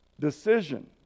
decision